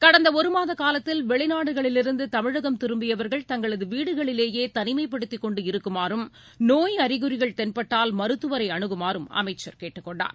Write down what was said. கடந்த ஒரு மாத காலத்தில் வெளிநாடுகளிலிருந்து தமிழகம் திரும்பியவர்கள் தங்களது வீடுகளிலேயே தனிஸப்படுத்திக்கொண்டு இருக்குமாறும் நோய் அறிகுறிகள் தென்பட்டால் மருத்துவமளைக்கு தகவல் தெரிவிக்குமாறும் அமைச்சர் கேட்டுக் கொண்டார்